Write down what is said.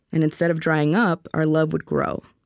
and instead of drying up, our love would grow.